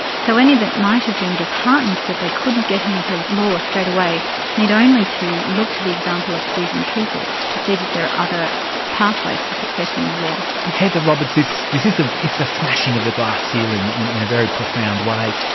so any that might have been disheartened that they couldn't get into law straight away need only to look to the example of susan kiefel to see that there are other pathways to success in the law. heather roberts, this this is ah a smashing of the glass ceiling in in a very profound way.